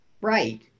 right